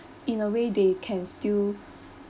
in a way they can still